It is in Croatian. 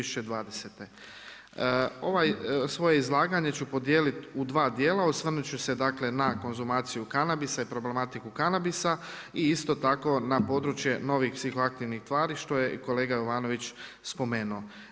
Ovo svoje izlaganje ću podijeliti u dva dijela, osvrnut ću se na konzumaciju kanabisa i problematiku kanabisa i isto tako na područje novih psihoaktivnih tvari što je kolega Jovanović spomenuo.